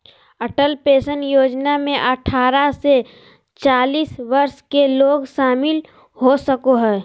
Atal pension Yojana में अठारह से चालीस वर्ष के लोग शामिल हो सको हइ